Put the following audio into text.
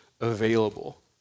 available